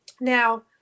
Now